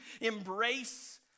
embrace